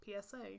PSA